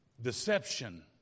deception